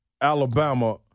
Alabama